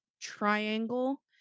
triangle